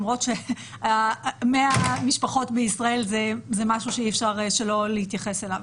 למרות ש-100 משפחות בישראל זה משהו שאי-אפשר לא להתייחס אליו.